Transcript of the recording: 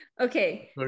Okay